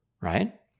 right